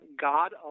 God